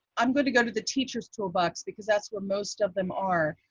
i'm going to go to the teachers toolbox, because that's where most of them are.